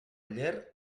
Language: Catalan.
oller